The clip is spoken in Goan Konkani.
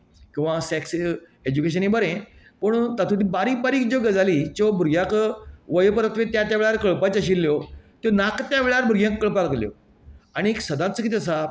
किंवां सेक्स एज्युकेशन बरें पूण तातूंतल्यो बारीक बारीक गजाली ज्यो भुरग्यांक वय परसय त्या त्या वेळार कळपाच्यो आशिल्ल्यो त्यो नाका त्या वेळार भुरग्यांक कळपाक लागल्यो आनीक सदांच कितें आसा